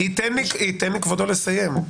ייתן לי כבודו לסיים.